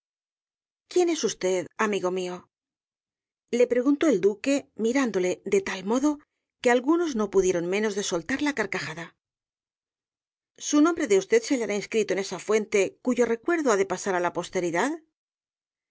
quién es usted amigo mío le preguntó el duque mirándole de tal modo que algunos no pudieron menos de soltar la carcajada su nombre de usted se hallará inscripto en esa fuente cuyo recuerdo ha de pasar á la posteridad